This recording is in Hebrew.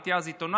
הייתי אז עיתונאי,